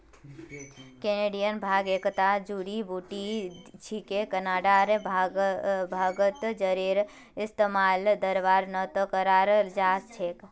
Canadian भांग एकता जड़ी बूटी छिके कनाडार भांगत जरेर इस्तमाल दवार त न कराल जा छेक